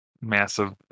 massive